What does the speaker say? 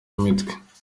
imitwe